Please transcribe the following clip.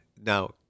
now